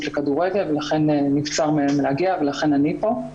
לכדורגל ולכן נבצר מהם להגיע ולכן אני פה.